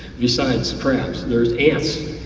besides crabs there's ants,